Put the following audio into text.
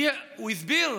כי הוא הסביר: